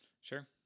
Sure